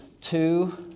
two